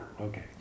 okay